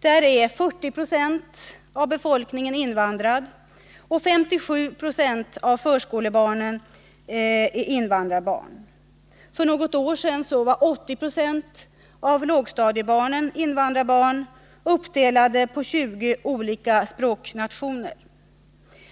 Där är 40 9e av befolkningen invandrad, och 57 Je av förskolebarnen är invandrarbarn. För något år sedan var 80 90 av lågstadiebarnen invandrarbarn, uppdelade på 20 olika språknationer.